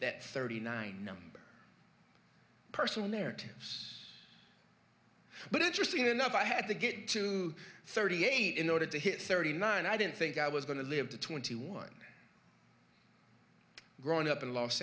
that thirty nine number personal narratives but interesting enough i had to get to thirty eight in order to hit thirty nine i didn't think i was going to live to twenty one growing up in los